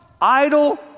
Idle